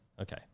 Okay